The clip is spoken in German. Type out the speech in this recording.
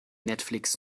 netflix